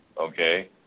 okay